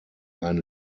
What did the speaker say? ein